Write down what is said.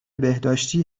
بهداشتی